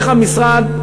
דרך המשרד,